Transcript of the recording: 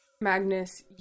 magnus